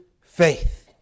faith